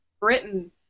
Britain